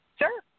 Sure